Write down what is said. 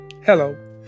Hello